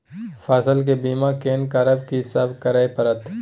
फसल के बीमा केना करब, की सब करय परत?